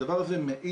הדבר הזה מעיד,